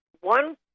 one